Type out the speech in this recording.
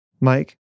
mike